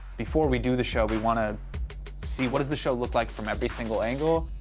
before we do the show, we want to see what does the show look like from every single angle?